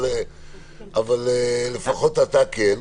אבל לפחות אתה כן.